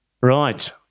Right